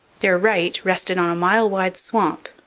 their right rested on a mile-wide swamp,